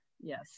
Yes